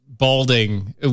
balding